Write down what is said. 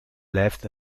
blijft